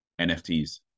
nfts